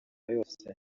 yose